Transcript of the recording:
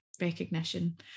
recognition